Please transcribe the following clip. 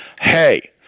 hey